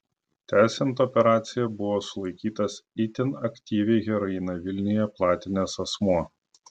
tęsiant operaciją buvo sulaikytas itin aktyviai heroiną vilniuje platinęs asmuo